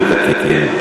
אם יצליחו לתקן,